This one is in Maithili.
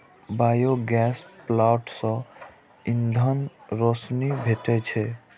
बायोगैस प्लांट सं ईंधन, रोशनी भेटै छै